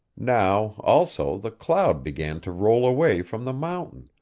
now, also, the cloud began to roll away from the mountain,